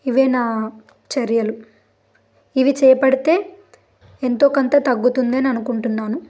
ఇవే నా చర్యలు ఇవి చేపడితే ఎంతో ఒకంత తగ్గుతుందని అనుకుంటున్నాను